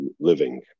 living